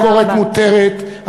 ביקורת מותרת,